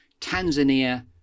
Tanzania